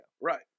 Right